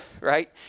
right